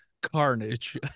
carnage